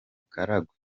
karagwe